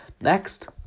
Next